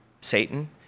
Satan